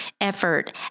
effort